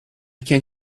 can